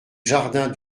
jardins